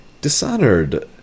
dishonored